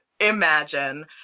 imagine